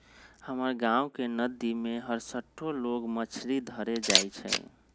हमर गांव के नद्दी में हरसठ्ठो लोग मछरी धरे जाइ छइ